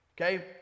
okay